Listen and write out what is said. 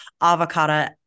avocado